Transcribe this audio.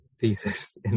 thesis